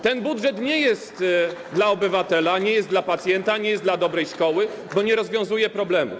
Ten budżet nie jest dla obywatela, nie jest dla pacjenta, nie jest dla dobrej szkoły, bo nie rozwiązuje problemu.